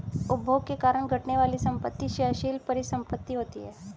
उपभोग के कारण घटने वाली संपत्ति क्षयशील परिसंपत्ति होती हैं